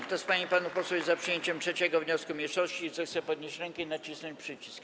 Kto z pań i panów posłów jest za przyjęciem 3. wniosku mniejszości, zechce podnieść rękę i nacisnąć przycisk.